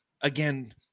again